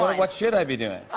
what should i be doing?